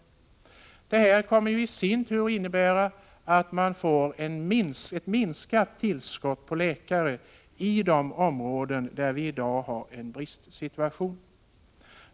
Det här kommer i sin tur att innebära att man får ett minskat tillskott av läkare i de områden där man i dag har en bristsituation.